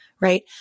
right